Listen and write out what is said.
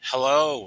Hello